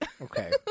Okay